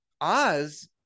oz